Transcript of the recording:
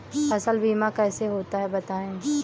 फसल बीमा कैसे होता है बताएँ?